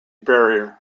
barrier